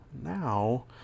now